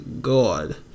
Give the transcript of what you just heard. god